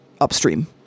upstream